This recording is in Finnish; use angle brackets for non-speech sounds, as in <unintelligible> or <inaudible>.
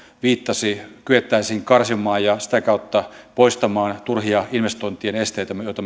viittasi kyettäisiin karsimaan ja sitä kautta poistamaan turhia investointien esteitä joita <unintelligible>